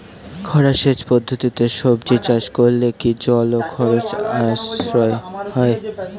খরা সেচ পদ্ধতিতে সবজি চাষ করলে কি জল ও খরচ সাশ্রয় হয়?